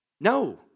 No